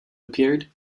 appeared